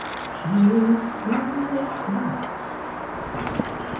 she is still asleep he whispered.